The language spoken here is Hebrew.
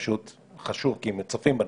כי זה חשוב וכי צופים בנו.